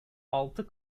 altı